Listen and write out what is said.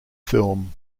film